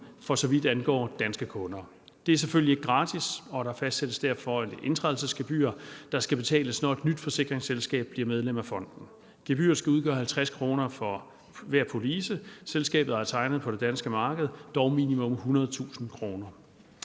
for så vidt angår danske kunder. Det er selvfølgelig ikke gratis, og der fastsættes derfor et indtrædelsesgebyr, der skal betales, når et nyt forsikringsselskab bliver medlem af fonden. Gebyret skal udgøre 50 kr. for hver police, selskabet har tegnet på det danske marked, dog minimum 100.000 kr.